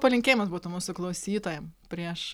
palinkėjimas būtų mūsų klausytojam prieš